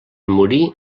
morí